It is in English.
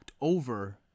over